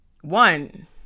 One